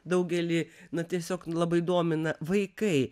daugelį na tiesiog labai domina vaikai